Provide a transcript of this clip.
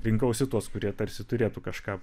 rinkausi tuos kurie tarsi turėtų kažką